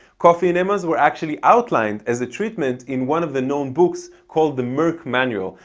coffee enemas were actually outlined as a treatment in one of the known books called the merck manual.